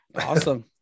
Awesome